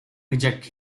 reject